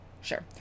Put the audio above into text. Sure